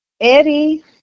Eddie